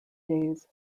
days